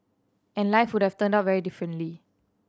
and life would have turned out very differently